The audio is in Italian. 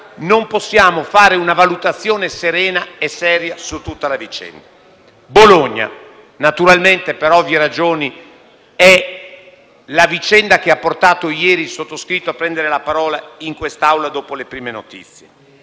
non possiamo fare una valutazione serena e seria su tutta la vicenda. Quella accaduta a Bologna è, per ovvie ragioni, la vicenda che mi ha portato ieri a prendere la parola in quest'Aula dopo le prime notizie.